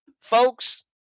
Folks